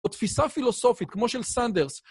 תפיסה פילוסופית כמו של סנדרס.